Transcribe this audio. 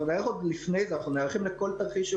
אנחנו ניערך עוד לפני ואנחנו נערכים לכל תרחיש.